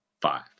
Five